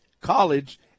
college